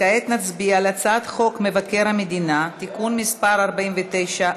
כעת נצביע על הצעת חוק מבקר המדינה (תיקון מס' 49),